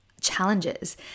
challenges